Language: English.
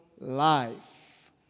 life